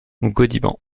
gaudiband